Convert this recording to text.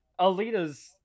Alita's